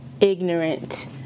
ignorant